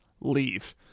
Leave